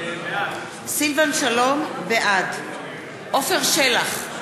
בעד עפר שלח,